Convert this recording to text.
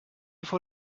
vor